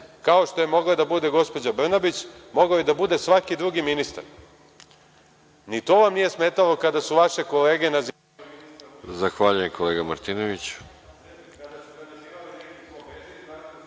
Kao što je mogla da bude gospođa Brnabić, mogao je da bude svaki drugi ministar. Ni to vam nije smetalo kada su vaše kolege… **Maja Gojković** Zahvaljujem, kolega Martinoviću. Replika,